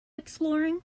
exploring